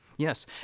Yes